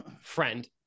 friend